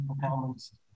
performance